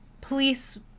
police